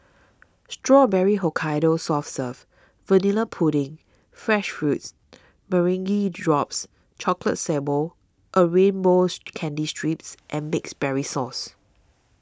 Strawberry Hokkaido soft serve vanilla pudding fresh fruits meringue drops chocolate sable a rainbows candy strips and mixed berries sauce